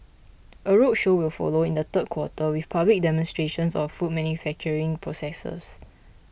a roadshow will follow in the third quarter with public demonstrations of food manufacturing processes